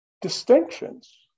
distinctions